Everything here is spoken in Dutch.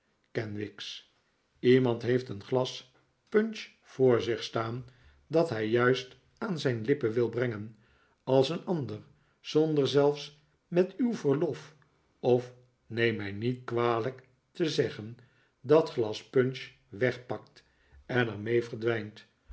kenwigs iemand heeft een glas punch voor zich staan dat hij juist aan zijn lippen wil brengen als een ander zonder zelfs met uw verlof of neem mij niet kwalijk te zeggen dat glas punch wegpakt en er mee verdwijnt